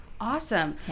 Awesome